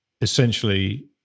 essentially